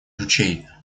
ручей